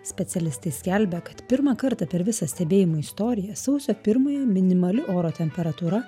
specialistai skelbia kad pirmą kartą per visą stebėjimų istoriją sausio pirmąją minimali oro temperatūra